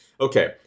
okay